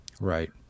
Right